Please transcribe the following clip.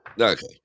Okay